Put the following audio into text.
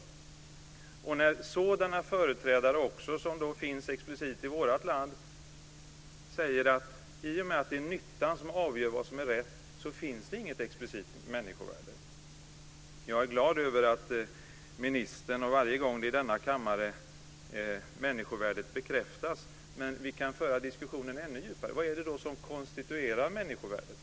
Sådana företrädare finns också explicit i vårt land. Vad de säger är alltså att i och med att det är nyttan som avgör vad som är rätt så finns det inget explicit människovärde. Jag är glad över att människovärdet bekräftas av ministern varje gång detta tas upp i denna kammare. Men vi kan föra diskussionen ännu djupare. Vad är det som konstituerar människovärdet?